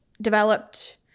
developed